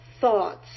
thoughts